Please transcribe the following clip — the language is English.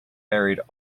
buried